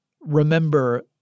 remember